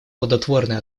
плодотворные